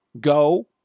Go